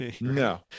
no